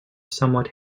somewhat